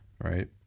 right